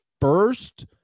first